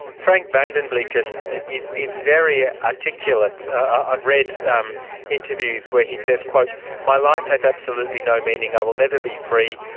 frank van den bleeken is is very articulate. i've read um interviews where he says my my life has absolutely no meaning, i will never be free,